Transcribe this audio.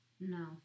no